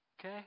Okay